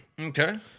Okay